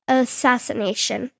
assassination